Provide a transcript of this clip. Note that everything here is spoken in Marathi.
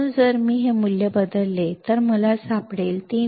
म्हणून जर मी मूल्य बदलले मला जे सापडले ते 3